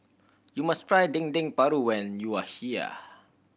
you must try Dendeng Paru when you are here